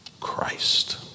Christ